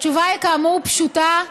התשובה היא, כאמור, פשוטה,